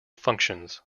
functions